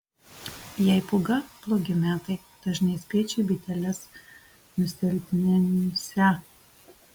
jei pūga blogi metai dažni spiečiai biteles nusilpninsią